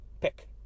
Pick